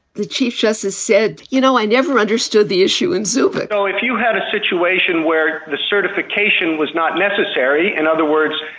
the chief justice said, you know, i never understood the issue in zupanc or if you had a situation where the certification was not necessary in and other words,